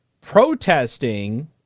protesting